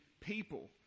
people